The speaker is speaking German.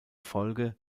folge